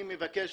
אני מבקש,